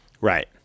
Right